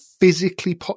physically